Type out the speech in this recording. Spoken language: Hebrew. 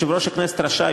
יושב-ראש הכנסת רשאי,